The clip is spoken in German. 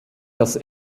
das